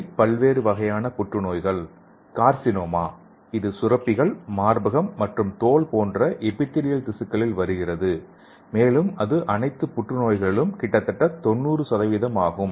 இவை பல்வேறு வகையான புற்றுநோய்கள் கார்சினோமா இது சுரப்பிகள் மார்பகம் மற்றும் தோல் போன்ற எபிதீலியல் திசுக்களில் இருந்து வருகிறது மேலும் இது அனைத்து புற்றுநோய்களிலும் கிட்டத்தட்ட 90 ஆகும்